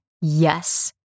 yes